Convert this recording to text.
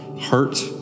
hurt